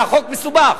והחוק מסובך,